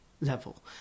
level